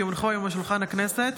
כי הונחו היום על שולחן הכנסת,